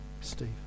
Steve